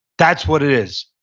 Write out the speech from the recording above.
that's what it is.